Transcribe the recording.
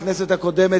בכנסת הקודמת,